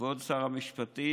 כבוד שר המשפטים,